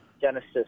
Genesis